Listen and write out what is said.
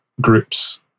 groups